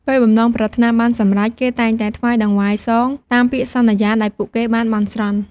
ពេលបំណងប្រាថ្នាបានសម្រេច គេតែងតែថ្វាយតង្វាយសង តាមពាក្យសន្យាដែលពួកគេបានបន់ស្រន់។